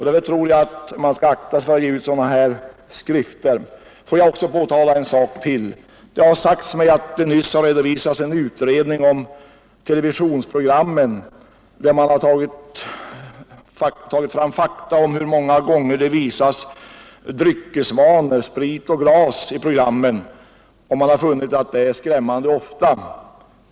Därför tror jag att man skall akta sig för att ge ut sådana här skrifter. Får jag påtala en sak till. Det har sagts mig att det nyss redovisats en utredning om televisionsprogrammen, där man har tagit fram fakta om hur många gånger det visas dryckesvanor, sprit och glas i programmen, och man har funnit att det är skrämmande ofta.